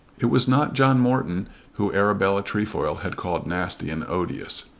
it was not john morton whom arabella trefoil had called nasty and odious.